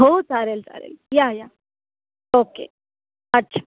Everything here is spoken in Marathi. हो चालेल चालेल या या ओके अच्छा